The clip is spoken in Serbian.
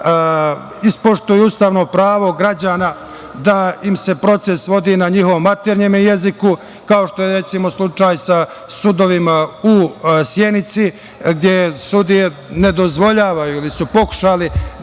ispoštuju ustavno pravo građana da im se proces vodi na njihovom maternjem jeziku, kao što je, recimo, slučaj sa sudovima u Sjenici, gde sudije ne dozvoljavaju ili su pokušali da